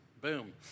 Boom